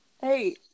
Hey